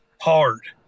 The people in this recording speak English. Hard